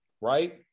right